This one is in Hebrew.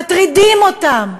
מטרידים אותם.